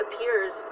appears